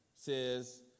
says